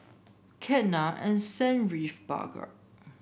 Ketna Sanjeev Bhagat